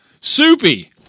Soupy